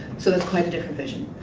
so it's quite a different vision.